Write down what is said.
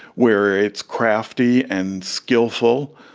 where it's crafty and skilful,